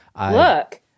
look